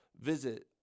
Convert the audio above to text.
visit